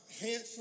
handsome